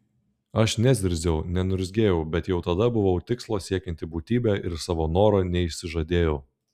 aš nezirziau neniurzgėjau bet jau tada buvau tikslo siekianti būtybė ir savo noro neišsižadėjau